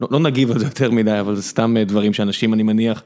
לא נגיב על זה יותר מדי, אבל זה סתם דברים שאנשים אני מניח...